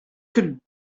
could